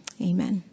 Amen